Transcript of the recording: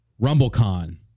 RumbleCon